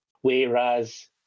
Whereas